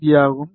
B ஆகும்